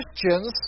Christians